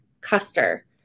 Custer